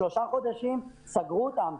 שלושה חודשים סגרו אותם,